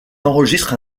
enregistrent